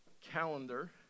calendar